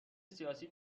سیاسی